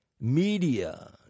media